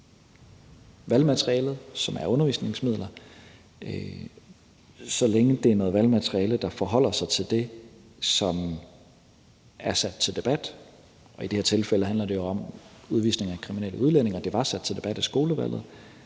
valgmaterialet, som er undervisningsmidler, så længe det er noget valgmateriale, der forholder sig til det, som er sat til debat, og i det her tilfælde handler det jo om udvisning af kriminelle udlændinge, og det var sat til debat i skolevalget.